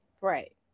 Right